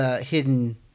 hidden